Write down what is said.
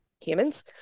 humans